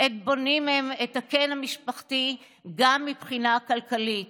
בעת שהם בונים את הקן המשפחתי גם מבחינה כלכלית.